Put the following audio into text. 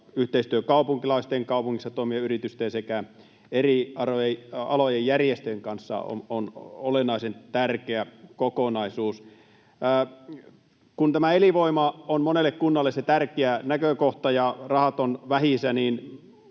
yhteistyö kaupunkilaisten, kaupungissa toimivien yritysten sekä eri alojen järjestöjen kanssa on olennaisen tärkeä kokonaisuus. Kun tämä elinvoima on monelle kunnalle se tärkeä näkökohta ja rahat ovat vähissä,